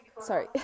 Sorry